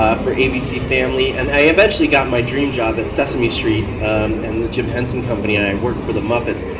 um for abc family and i eventually got my dream job at sesame street and the jim henson company, and i worked for the muppets.